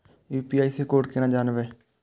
UPI से code केना जानवै?